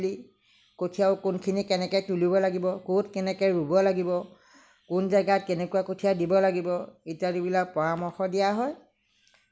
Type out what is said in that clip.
কঠিয়াও কোনখিনি কেনেকৈ তোলিব লাগিব ক'ত কেনেকৈ ৰোব লাগিব কোন জেগাত কেনেকুৱা কঠিয়া ৰোব লাগিব ইত্যাদিবিলাক পৰামৰ্শ দিয়া হয়